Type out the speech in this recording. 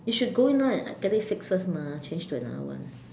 you should go in now and like get it fixed first mah change to another one